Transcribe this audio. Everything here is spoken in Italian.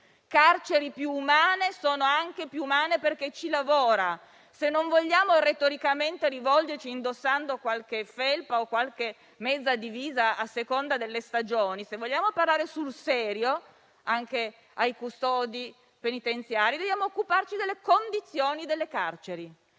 carceri siano più umane anche per chi ci lavora. Se non vogliamo retoricamente rivolgerci indossando qualche felpa o qualche mezza divisa a seconda delle stagioni e se vogliamo parlare sul serio anche ai custodi penitenziari, dobbiamo occuparci delle condizioni delle carceri